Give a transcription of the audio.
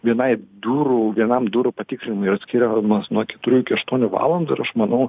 vienai durų vienam durų patikrinimai yra skiriamos nuo keturių iki aštuonių valandų ir aš manau